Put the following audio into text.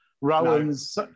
Rowan's